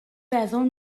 feddwl